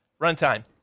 Runtime